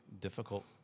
difficult